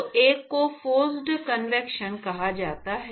तो एक को फोर्स्ड कन्वेक्शन कहा जाता है